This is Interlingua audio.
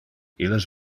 illes